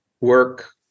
work